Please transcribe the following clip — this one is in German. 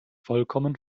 vollkommen